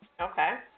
Okay